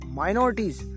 minorities